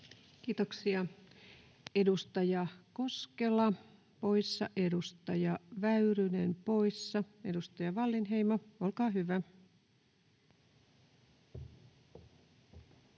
Kiitoksia. — Edustaja Koskela poissa, edustaja Väyrynen poissa. — Edustaja Wallinheimo, olkaa hyvä.